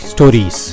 Stories